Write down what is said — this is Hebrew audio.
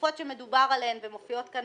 התקופות שמדובר עליהן ומופיעות כאן